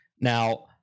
Now